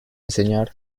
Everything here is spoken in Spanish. enseñar